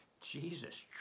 jesus